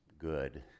good